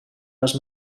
les